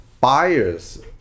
buyers